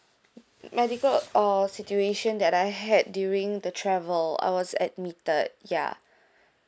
medical or situation that I had during the travel I was admitted ya